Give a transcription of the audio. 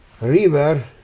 river